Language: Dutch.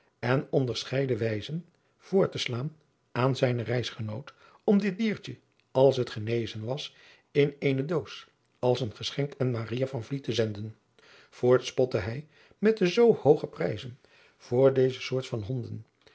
en onderscheiden wijzen voor te slaan aan zijnen reisgenoot om dit diertje als het genezen was in eene doos als een geschenk aan maria van vliet te zenden voorts spotte hij met de zoo hooge prijzen voor deze soort van honden